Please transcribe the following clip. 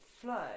flow